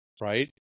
right